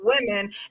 women